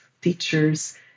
teachers